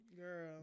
Girl